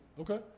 Okay